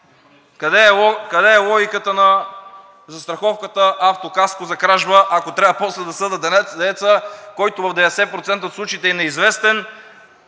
Къде е логиката на застраховката „Автокаско за кражба“, ако трябва после да съдя дееца, който в 90% от случаите е неизвестен,